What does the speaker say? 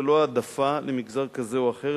ללא העדפה למגזר כזה או אחר,